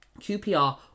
QPR